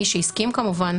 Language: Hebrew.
מי שהסכים כמובן,